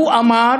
הוא אמר